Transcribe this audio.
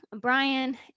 Brian